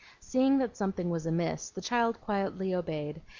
seeing that something was amiss, the child quietly obeyed,